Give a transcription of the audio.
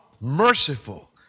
merciful